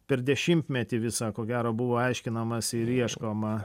per dešimtmetį visą ko gero buvo aiškinamasi ir ieškoma